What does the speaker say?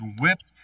whipped